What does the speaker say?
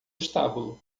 estábulo